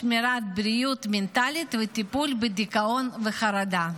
שמירת בריאות מנטלית וטיפול בדיכאון ובחרדה.